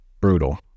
brutal